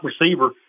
receiver